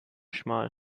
schmal